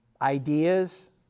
ideas